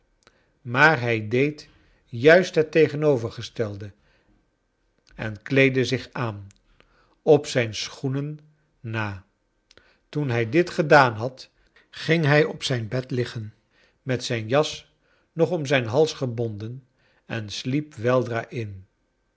maar i hij deed juist het tegenovergestelde en kleedde zich aan op zijn schoenen na toen hij dit gedaan had ging hij op zijn bed liggen met zijn jas nog om zijn hals gebonden en sliep weldra in